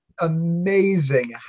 amazing